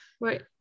right